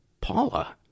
paula